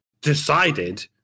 decided